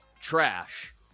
trash